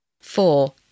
Four